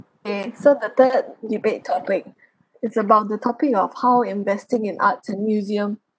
okay so the third debate topic it's about the topic of how investing in art and museum